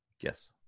Yes